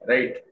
Right